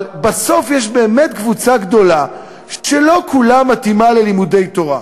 אבל בסוף יש באמת קבוצה גדולה שלא כולה מתאימה ללימוד תורה.